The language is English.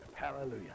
Hallelujah